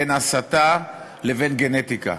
בין הסתה לבין גנטיקה,